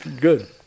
good